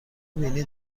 بینی